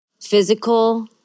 physical